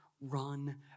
run